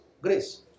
Grace